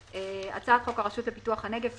הצעת חוק הרשות לפיתוח הנגב (תיקון,